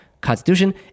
constitution